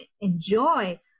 enjoy